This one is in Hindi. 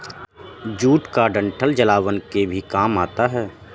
जूट का डंठल जलावन के काम भी आता है